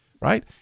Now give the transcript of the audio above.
Right